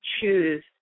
choose